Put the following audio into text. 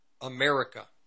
America